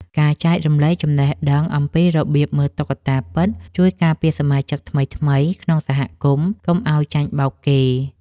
ការចែករំលែកចំណេះដឹងអំពីរបៀបមើលតុក្កតាពិត ជួយការពារសមាជិកថ្មីៗក្នុងសហគមន៍កុំឱ្យចាញ់បោកគេ។